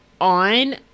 on